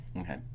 okay